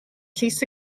llys